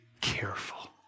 careful